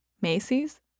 Macy's